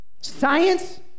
Science